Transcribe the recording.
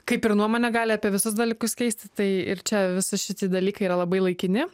kaip ir nuomonė gali apie visus dalykus keistis tai ir čia visi šiti dalykai yra labai laikini